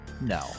no